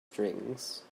strings